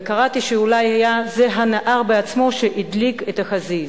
וקראתי שאולי היה זה הנער עצמו שהדליק את החזיז.